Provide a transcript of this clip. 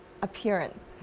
Appearance